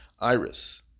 iris